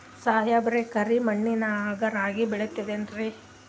ಸಾಹೇಬ್ರ, ಕರಿ ಮಣ್ ನಾಗ ರಾಗಿ ಬೆಳಿತದೇನ್ರಿ?